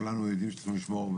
כולנו יודעים שצריכים לשמור,